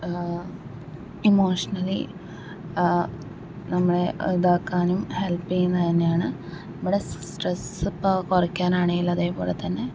emotionally നമ്മളെ ഇതാക്കാനും help ചെയ്യുന്നത് തന്നെയാണ് നമ്മുടെ സ്ട്രെസ് ഇപ്പം കുറയ്ക്കാനാണെങ്കിലും അതേപോലെ തന്നെ